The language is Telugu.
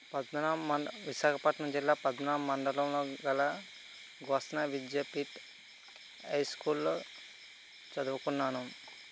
పద్మనాభ మండ విశాఖపట్నం జిల్లా పద్మనాభ మండలంలో గల గోష్ణ విద్యాపీఠ్ హైస్కూల్లో చదువుకున్నాను